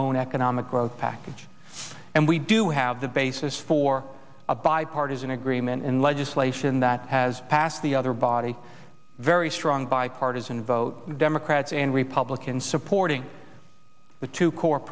own economic growth package and we do have the basis for a bipartisan agreement in legislation that has passed the other body very strong bipartisan vote democrats and republicans supporting the two co